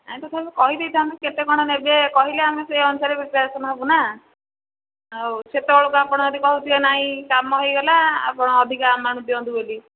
ଆଗ ତୁମେ କହିଦେଇଥାନ୍ତେ କେତେ କ'ଣ ନେବେ କହିଲେ ଆମେ ସେହି ଅନୁସାରେ ପ୍ରିପାରେସନ୍ ହେବୁ ନା ଆଉ ସେତେବେଳକୁ ଆପଣ ଯଦି କହୁଥିବେ ନାଇଁ କାମ ହୋଇଗଲା ଆପଣ ଅଧିକା ଏମାଉଣ୍ଟ୍ ଦିଅନ୍ତୁ ବୋଲି